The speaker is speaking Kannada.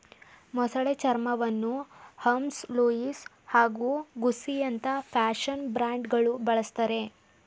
ಮೊಸಳೆ ಚರ್ಮವನ್ನು ಹರ್ಮ್ಸ್ ಲೂಯಿಸ್ ಹಾಗೂ ಗುಸ್ಸಿಯಂತ ಫ್ಯಾಷನ್ ಬ್ರ್ಯಾಂಡ್ಗಳು ಬಳುಸ್ತರೆ